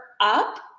up